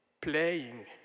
playing